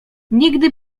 nigdy